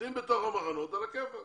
אם הם במחנות, זה בסדר.